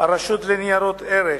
הרשות לניירות ערך,